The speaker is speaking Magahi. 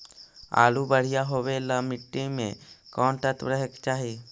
आलु बढ़िया होबे ल मट्टी में कोन तत्त्व रहे के चाही?